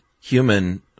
human